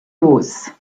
hausse